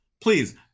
Please